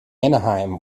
anaheim